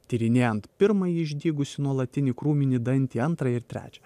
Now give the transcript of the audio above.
tyrinėjant pirmąjį išdygusį nuolatinį krūminį dantį antrą ir trečią